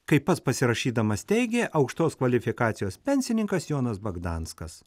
kaip pats pasirašydamas teigė aukštos kvalifikacijos pensininkas jonas bagdanskas